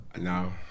now